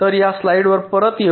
तर या स्लाइडवर परत येऊ